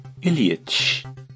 Ilyich